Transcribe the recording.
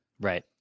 right